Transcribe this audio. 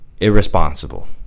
irresponsible